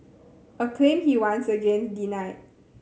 a claim he once again denied